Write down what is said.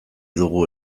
dugu